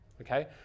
okay